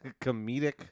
comedic